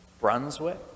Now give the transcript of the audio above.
Brunswick